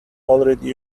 already